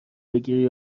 بگیری